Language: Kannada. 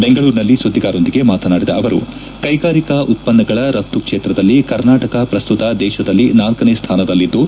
ಬೆಂಗಳೂರಿನಲ್ಲಿ ಸುದ್ದಿಗಾರರೊಂದಿಗೆ ಮಾತನಾಡಿದ ಅವರು ಕೈಗಾರಿಕಾ ಉತ್ಪನ್ನಗಳ ರಫ್ತು ಕ್ಷೇತ್ರದಲ್ಲಿ ಕರ್ನಾಟಕ ಪ್ರಸ್ತುತ ದೇಶದಲ್ಲಿ ನಾಲ್ಕನೇ ಸ್ಟಾನದಲ್ಲಿದ್ದು